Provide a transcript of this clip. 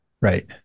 Right